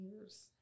years